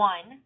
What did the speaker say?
One